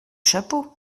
chapeaux